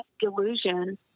delusion